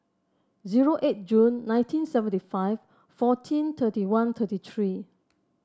zero eight June nineteen seventy five fourteen thirty one thirty three